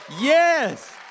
Yes